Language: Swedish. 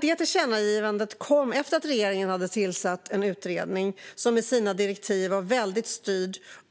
Detta tillkännagivande kom efter att regeringen tillsatt en utredning som var hårt styrd i sina direktiv.